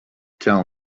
tell